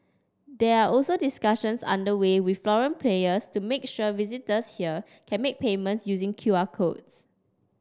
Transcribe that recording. there are also discussions under way with foreign players to make sure visitors here can make payments using Q R codes